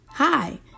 Hi